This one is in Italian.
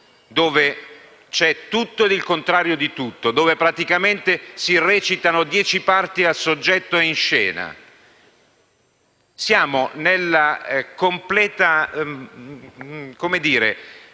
dove c'è tutto e il contrario di tutto, dove praticamente si recitano dieci parti a soggetto in scena? Siamo nella completa inconsistenza